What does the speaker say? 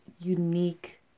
unique